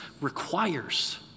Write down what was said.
requires